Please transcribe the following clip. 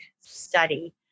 study